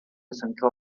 centrar